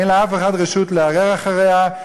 אין לאף אחד רשות לערער אחריה.